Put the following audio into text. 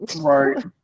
Right